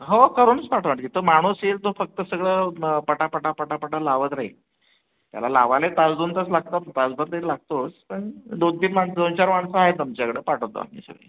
हो करूनच पाठवू आम्ही तो माणूस येईल तो फक्त सगळं पटापटा पटापटा लावत राहील त्याला लावायला तास दोन तास लागतात तासभर तरी लागतोच पण दोन तीन माणसं दोन चार माणसं आहेत आमच्याकडं पाठवतो आम्ही सगळी